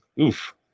Oof